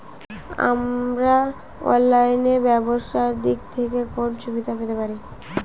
আমরা অনলাইনে ব্যবসার দিক থেকে কোন সুবিধা পেতে পারি?